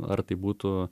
ar tai būtų